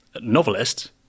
novelist